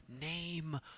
name